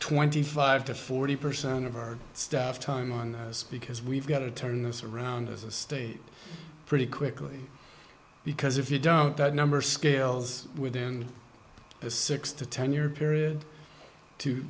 twenty five to forty percent of our staff time on this because we've got to turn this around as a state pretty quickly because if you don't that number scales within a six to ten year period to